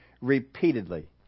repeatedly